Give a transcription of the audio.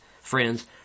friends